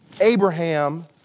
Abraham